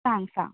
सांग सांग